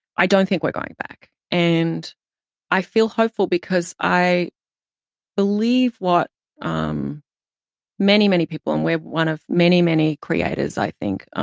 i don't think we're going back. and i feel hopeful, because i believe what um many, many people, and we're one of many, many creators, i think, ah